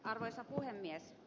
arvoisa puhemies